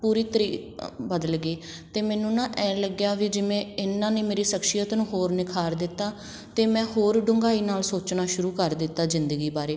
ਪੂਰੀ ਤਰੀ ਬਦਲ ਗਈ ਅਤੇ ਮੈਨੂੰ ਨਾ ਐਂ ਲੱਗਿਆ ਵੀ ਜਿਵੇਂ ਇਹਨਾਂ ਨੇ ਮੇਰੀ ਸ਼ਖਸੀਅਤ ਨੂੰ ਹੋਰ ਨਿਖ਼ਾਰ ਦਿੱਤਾ ਅਤੇ ਮੈਂ ਹੋਰ ਡੁੰਘਾਈ ਨਾਲ ਸੋਚਣਾ ਸ਼ੁਰੂ ਕਰ ਦਿੱਤਾ ਜ਼ਿੰਦਗੀ ਬਾਰੇ